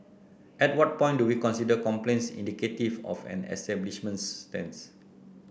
at what point do we consider complaints indicative of an establishment's stance